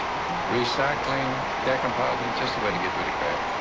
recycling, decoupaging just a way to get rid of crap.